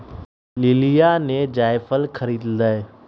लिलीया ने जायफल खरीद लय